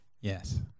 Yes